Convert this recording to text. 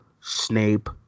Snape